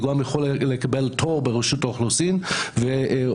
הוא גם יכול לקבל תור ברשות האוכלוסין או